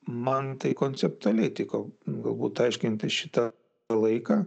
man tai konceptualiai tiko galbūt aiškinti šitą laiką